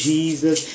Jesus